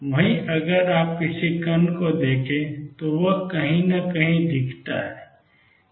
वहीं अगर आप किसी कण को देखें तो वह कहीं न कहीं दिखता है